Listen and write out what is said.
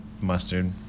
mustard